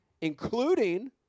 Including